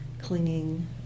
clinging